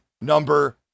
number